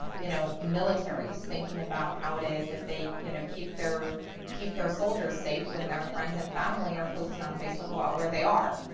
you know, military thinking about how it is that they you know keep their keep their soldiers safe when their friends and family are posting on facebook about where they are.